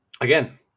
again